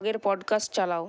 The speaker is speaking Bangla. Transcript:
আগের পডকাস্ট চালাও